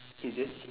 he did